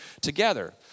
together